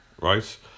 Right